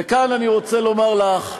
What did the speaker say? וכאן אני רוצה לומר לך,